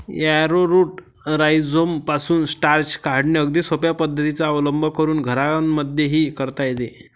arrowroot राईझोमपासून starch काढणे अगदी सोप्या पद्धतीचा अवलंब करून घरांमध्येही करता येते